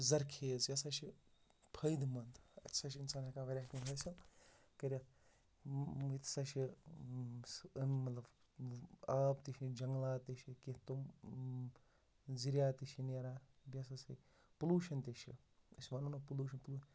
زرخیز یہِ ہَسا چھِ فٲیِدٕ منٛد اَتہِ سا چھِ اِنسان ہیٚکان واریاہ کینٛہہ حٲصِل کٔرِتھ ییٚتہِ سا چھِ مطلب مطلب آب تہِ چھِ ییٚتہِ جنٛگلات تہِ چھِ کینٛہہ تِم زُریات تہٕ چھِ نیران بیٚیہِ ہَسا چھِ پُلوٗشَن تہِ چھِ أسۍ وَنو نہٕ پُلوٗشَن